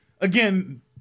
again